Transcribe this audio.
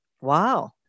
Wow